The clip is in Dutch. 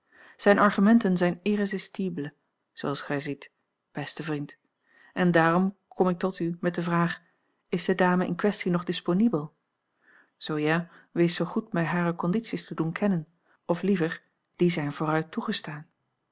een omweg zijn irresistibles zooals gij ziet beste vriend en daarom kom ik tot u met de vraag is de dame in kwestie nog disponibel zoo ja wees zoo goed mij hare condities te doen kennen of liever die zijn vooruit toegestaan